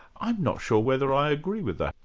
i'm not sure whether i agree with that.